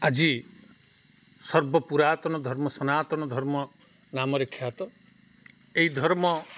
ଆଜି ସର୍ବ ପୁରାତନ ଧର୍ମ ସନାତନ ଧର୍ମ ନାମରେ ଖ୍ୟାତ ଏଇ ଧର୍ମ